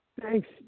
Thanks